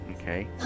Okay